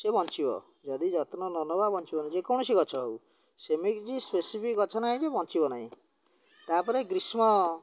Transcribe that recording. ସେ ବଞ୍ଚିବ ଯଦି ଯତ୍ନ ନନେବା ବଞ୍ଚିବ ନାହିଁ ଯେକୌଣସି ଗଛ ହଉ ସେମିତି କିଛି ସ୍ପେସିଫିକ୍ ଗଛ ନାହିଁ ଯେ ବଞ୍ଚିବ ନାହିଁ ତାପରେ ଗ୍ରୀଷ୍ମ